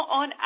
on